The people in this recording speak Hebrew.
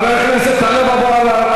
חבר הכנסת טלב אבו עראר,